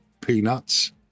peanuts